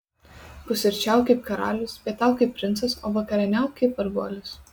pusryčiauk kaip karalius pietauk kaip princas o vakarieniauk kaip varguolis